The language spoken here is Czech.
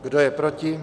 Kdo je proti?